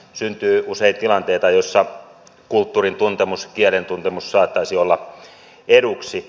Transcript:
syntyy usein tilanteita joissa kulttuurin tuntemus kielen tuntemus saattaisi olla eduksi